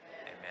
Amen